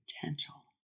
potential